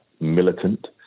militant